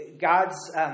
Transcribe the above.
God's